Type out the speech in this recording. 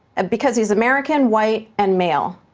because he's american, white, and male,